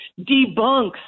debunks